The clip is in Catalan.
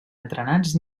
entrenats